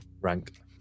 rank